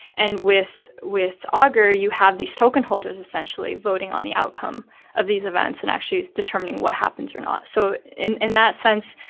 and with with augur, you have these token holders essentially voting on the outcome of these events and actually determining what happens or not. so in in that sense,